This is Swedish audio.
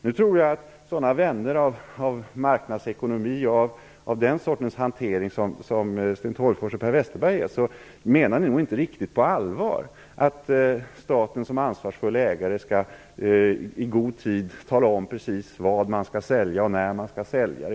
Jag tror att sådana vänner av marknadsekonomi och av den sortens hantering som Sten Tolgfors och Per Westerberg är, inte riktigt på allvar menar att staten som ansvarsfull ägare skall i god tid tala om precis vad man skall sälja och när man skall sälja.